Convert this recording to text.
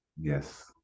Yes